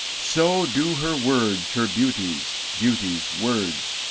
so do her words her beauties, beauties words.